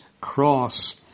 cross